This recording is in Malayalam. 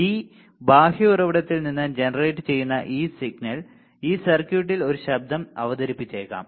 ഈ ബാഹ്യ ഉറവിടത്തിൽ നിന്ന് ജനറേറ്റുചെയ്യുന്ന ഈ സിഗ്നൽ ഈ സർക്യൂട്ടിൽ ഒരു ശബ്ദം അവതരിപ്പിച്ചേക്കാം